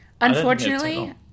Unfortunately